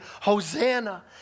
Hosanna